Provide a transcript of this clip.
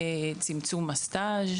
צמצום הסטאז'